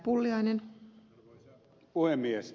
arvoisa puhemies